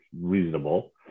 reasonable